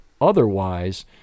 otherwise